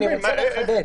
אני רוצה לחדד.